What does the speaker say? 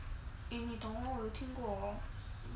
eh 你懂 hor 我有听过 hor like